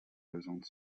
lösung